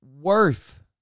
worth